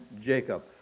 Jacob